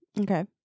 Okay